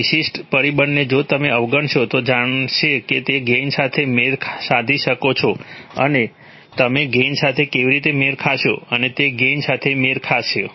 આ વિશિષ્ટ પરિબળને જો તમે અવગણશો તો જણાશે કે તમે ગેઇન સાથે મેળ સાધી શકો છો અને તમે ગેઇન સાથે કેવી રીતે મેળ ખાશો જેથી તમે ગેઇન સાથે મેળ ખાશો